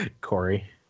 Corey